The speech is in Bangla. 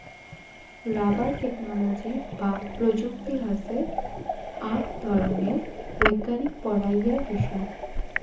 রাবার টেকনোলজি বা প্রযুক্তি হসে আক ধরণের বৈজ্ঞানিক পড়াইয়ার বিষয়